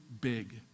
big